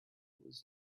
was